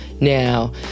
Now